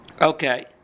Okay